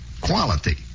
quality